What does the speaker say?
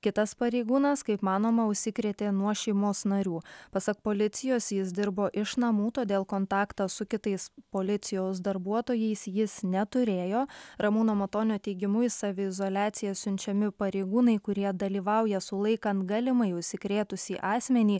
kitas pareigūnas kaip manoma užsikrėtė nuo šeimos narių pasak policijos jis dirbo iš namų todėl kontaktą su kitais policijos darbuotojais jis neturėjo ramūno matonio teigimu į saviizoliaciją siunčiami pareigūnai kurie dalyvauja sulaikant galimai užsikrėtusį asmenį